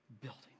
building